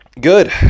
good